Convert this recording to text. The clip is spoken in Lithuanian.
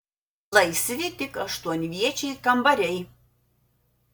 laisvi tik aštuonviečiai kambariai